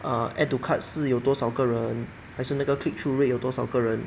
err add to cart 是有多少个人还是那个 click through rate 有多少个人